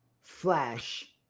Flash